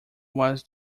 was